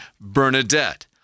Bernadette